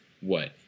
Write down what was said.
What